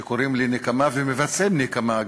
שקוראים לנקמה ומבצעים נקמה,